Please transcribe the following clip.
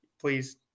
please